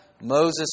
Moses